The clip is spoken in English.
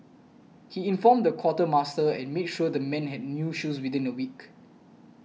he informed the quartermaster and made sure the men had new shoes within a week